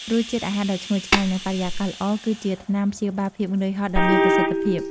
រសជាតិអាហារដ៏ឈ្ងុយឆ្ងាញ់ និងបរិយាកាសល្អ គឺជាថ្នាំព្យាបាលភាពនឿយហត់ដ៏មានប្រសិទ្ធភាព។